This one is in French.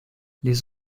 les